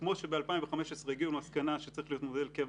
כמו שב-2015 הגיעו למסקנה שצריך להיות מודל קבע